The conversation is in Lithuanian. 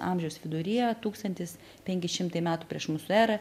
amžiaus viduryje tūkstantis penki šimtai metų prieš mūsų erą